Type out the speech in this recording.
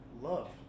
love